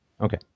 Okay